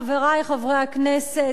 חברי חברי הכנסת,